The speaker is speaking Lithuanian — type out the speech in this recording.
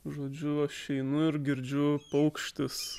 žodžiu aš einu ir girdžiu paukštis